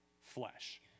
flesh